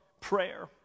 prayer